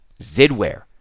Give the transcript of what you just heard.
Zidware